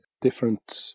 different